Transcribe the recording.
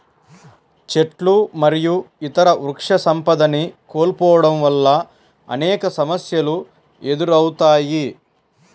చెట్లు మరియు ఇతర వృక్షసంపదని కోల్పోవడం వల్ల అనేక సమస్యలు ఎదురవుతాయి